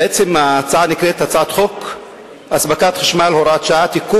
בעצם ההצעה נקראת הצעת חוק הספקת חשמל (תיקון,